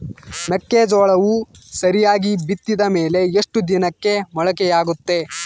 ಮೆಕ್ಕೆಜೋಳವು ಸರಿಯಾಗಿ ಬಿತ್ತಿದ ಮೇಲೆ ಎಷ್ಟು ದಿನಕ್ಕೆ ಮೊಳಕೆಯಾಗುತ್ತೆ?